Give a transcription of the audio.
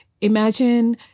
Imagine